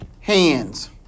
hands